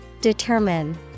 Determine